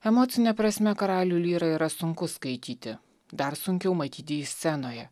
emocine prasme karalių lyrą yra sunku skaityti dar sunkiau matyti jį scenoje